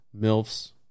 milfs